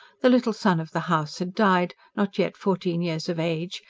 the little son of the house had died, not yet fourteen years of age,